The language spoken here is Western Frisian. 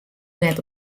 net